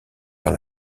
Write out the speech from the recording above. par